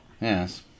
yes